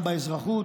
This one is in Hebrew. גם באזרחות,